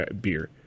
beer